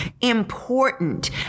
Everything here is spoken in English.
important